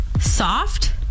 Soft